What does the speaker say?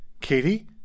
Katie